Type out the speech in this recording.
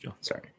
Sorry